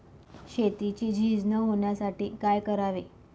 शेतीची झीज न होण्यासाठी काय करावे?